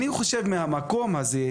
אני חושב שמהמקום הזה,